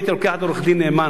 ערוץ-9?